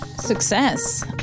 Success